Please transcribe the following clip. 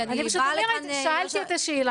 כי אני באה לכאן -- אני פשוט אומרת ששאלתי שאלה,